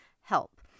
help